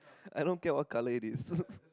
I don't care what color it is